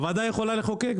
הוועדה יכולה לחוקק,